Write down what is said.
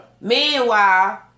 Meanwhile